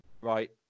Right